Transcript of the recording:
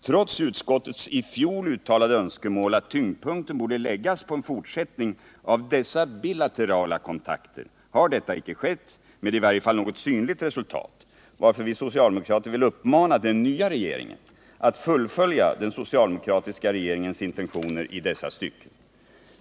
Trots utskottets i fjol uttalade önskemål att tyngdpunkten borde läggas på en fortsättning av dessa bilaterala kontakter har detta icke skett — i varje fall inte med något synligt resultat — varför vi socialdemokrater vill uppmana den nya regeringen att fullfölja den socialdemokratiska regeringens intentioner i dessa stycken.